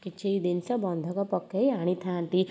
କିଛି ଜିନିଷ ବନ୍ଧକ ପକାଇ ଆଣିଥାନ୍ତି